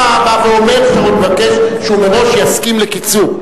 אתה בא ואומר שאתה מבקש שהוא מראש יסכים לקיצור.